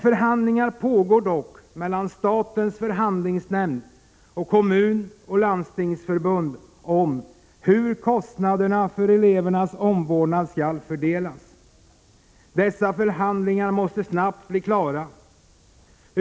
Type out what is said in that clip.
Förhandlingar pågår dock mellan statens förhandlingsnämnd och kommunoch landstingsförbunden om hur kostnaderna för elevernas omvårdnad skall fördelas. Dessa förhandlingar måste snabbt bli klara.